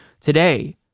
today